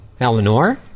Eleanor